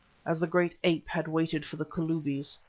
as the great ape had waited for the kalubis,